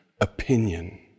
opinion